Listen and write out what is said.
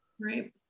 right